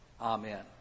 Amen